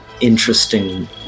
interesting